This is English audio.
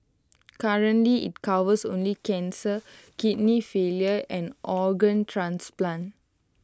currently IT covers only cancer kidney failure and organ transplant